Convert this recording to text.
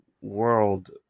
world